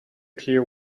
clear